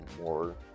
more